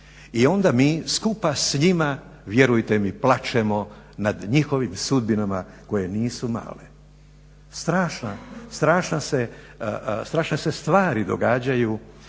i onda mi skupa s njima vjerujte mi plačemo nad njihovim sudbinama koje nisu male. Strašne se stvari događaju,